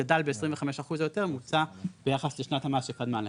גדל ב-25% או יותר ממוצע ביחס לשנת המס שקדמה להם,